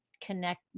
connect